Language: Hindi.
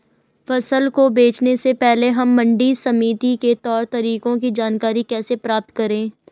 फसल को बेचने से पहले हम मंडी समिति के तौर तरीकों की जानकारी कैसे प्राप्त करें?